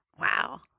Wow